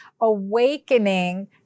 awakening